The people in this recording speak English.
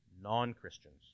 non-Christians